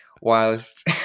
whilst